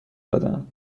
دادهاند